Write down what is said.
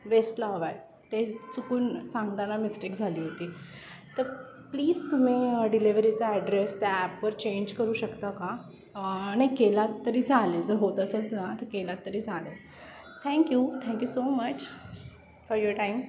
वेस्टला हवं आहे ते चुकून सांगताना मिस्टेक झाली होती तर प्लीज तुम्ही डिलेवरीचा ॲड्रेस त्या ॲपवर चेंज करू शकता का नाही केला तरी चालेल जर होत असेल ना तर केलात तरी चालेल thank you thank you so much for your time